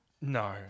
No